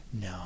No